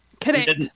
Correct